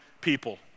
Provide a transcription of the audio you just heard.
people